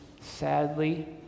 sadly